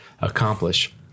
accomplish